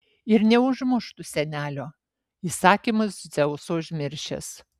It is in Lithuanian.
ir neužmuštų senelio įsakymus dzeuso užmiršęs